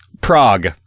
Prague